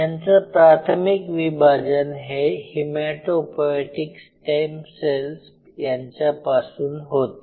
यांचं प्राथमिक विभाजन हे हीमॅटोपोएटिक स्टेम सेल्स यांच्या पासून होते